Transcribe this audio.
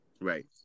Right